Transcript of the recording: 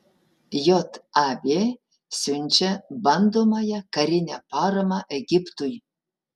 jav siunčia bandomąją karinę paramą egiptui